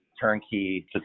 turnkey